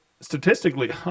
statistically